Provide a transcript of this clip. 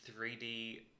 3D